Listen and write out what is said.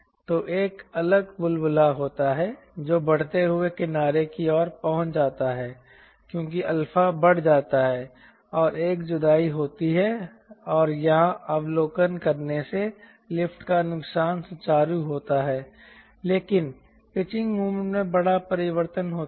तो एक अलग बुलबुला होता है जो बढ़ते हुए किनारे की ओर पहुंच जाता है क्योंकि अल्फा बढ़ जाता है और एक जुदाई होती है और यहां अवलोकन करने से लिफ्ट का नुकसान सुचारू होता है लेकिन पिचिंग मोमेंट में बड़ा परिवर्तन होता है